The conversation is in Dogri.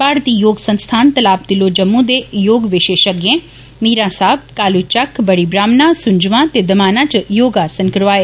भारती योग संस्थान तालाब तिल्लो जम्मू दे योग विशेषज्ञें मीरा साहब कालू चक्क बड़ी ब्राहम्णा सुंजवां ते दमाना च योग आसन करोआए